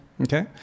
Okay